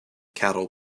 cattle